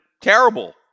terrible